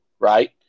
Right